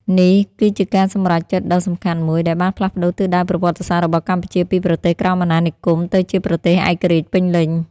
នេះគឺជាការសម្រេចចិត្តដ៏សំខាន់មួយ ដែលបានផ្លាស់ប្ដូរទិសដៅប្រវត្តិសាស្ត្ររបស់កម្ពុជាពីប្រទេសក្រោមអាណានិគម ទៅជាប្រទេសឯករាជ្យពេញលេញ។